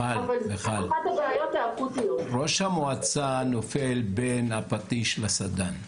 מיכל, ראש המועצה נופל בין הפטיש לסדן,